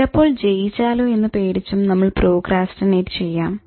ചിലപ്പോൾ ജയിച്ചാലോ എന്നു പേടിച്ചും നമ്മൾ പ്രോക്രാസ്റ്റിനേറ്റ് ചെയ്യാം